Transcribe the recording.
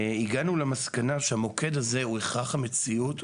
הגענו למסקנה שהמוקד הזה הוא הכרח המציאות.